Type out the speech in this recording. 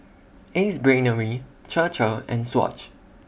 Ace Brainery Chir Chir and Swatch